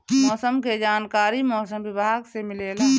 मौसम के जानकारी मौसम विभाग से मिलेला?